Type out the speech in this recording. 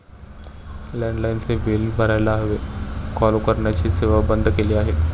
लँडलाइनचे बिल भरायला हवे, कॉल करण्याची सेवा बंद केली आहे